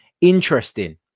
Interesting